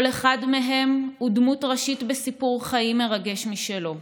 כל אחד מהם הוא דמות ראשית בסיפור חיים מרגש משלו.